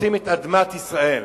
רוצים את אדמת ישראל.